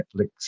Netflix